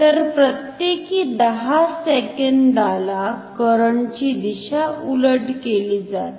तर प्रत्येकी 10 सेकंदाला करंटची दिशा उलट केली जाते